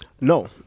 No